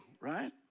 right